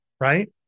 Right